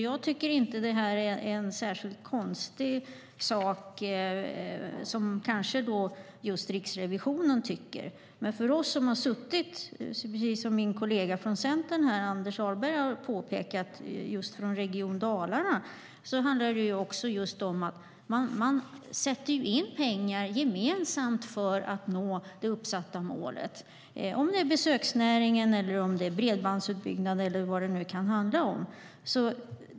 Jag tycker inte att detta är särskilt konstigt, till skillnad från Riksrevisionen. Men för oss som har jobbat på den här nivån - min kollega från Centern och region Dalarna, Anders Ahlgren, påpekade också detta - handlar detta om att man sätter in pengar gemensamt för att nå det uppsatta målet, om det är besöksnäring, bredbandsutbyggnad eller vad det nu kan handla om.